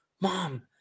Mom